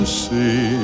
see